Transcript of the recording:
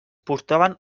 portaven